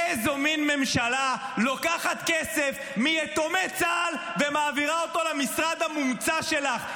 איזו מן ממשלה לוקחת כסף מיתומי צה"ל ומעבירה אותו למשרד המומצא שלך?